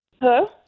Hello